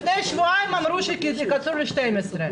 לפני שבועיים אמרו שמקצרים ל-12,